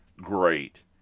great